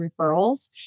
referrals